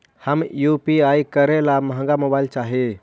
हम यु.पी.आई करे ला महंगा मोबाईल चाही?